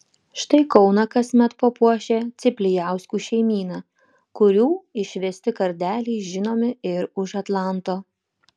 štai kauną kasmet papuošia ciplijauskų šeimyna kurių išvesti kardeliai žinomi ir už atlanto